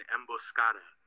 Emboscada